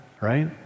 right